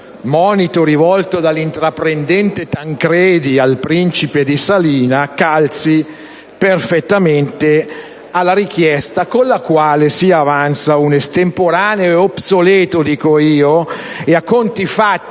monito rivolto dall'intraprendente Tancredi al principe di Salina calzi perfettamente alla richiesta con la quale si avanza un estemporaneo, obsoleto - dico io - e, a conti fatti,